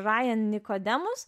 rają nikodemas